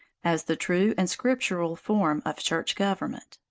as the true and scriptural form of church government.